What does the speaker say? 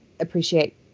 appreciate